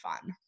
fun